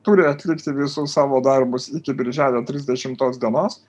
turi atlikti visus savo darbus iki birželio trisdešimos dienos